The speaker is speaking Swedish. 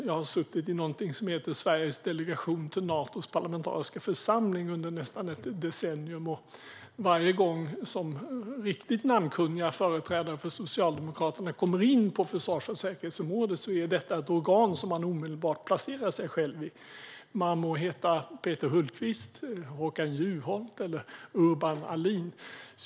Jag har suttit i någonting som heter Sveriges delegation till Natos parlamentariska församling under nästan ett decennium, och jag har aldrig kunnat låta bli att förundras över det faktum att varje gång som riktigt namnkunniga företrädare för Socialdemokraterna kommer in på försvars och säkerhetsområdet är detta ett organ som man omedelbart placerar sig själv i - man må heta Peter Hultqvist, Håkan Juholt eller Urban Ahlin.